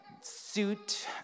suit